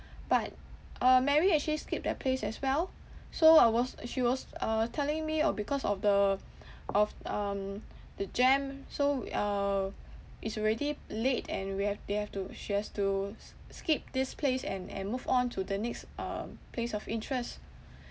but uh mary actually skip that place as well so I was she was uh telling me orh because of the of um the jam so uh it's already late and we have they have to she has to s~ skip this place and and move on to the next um place of interest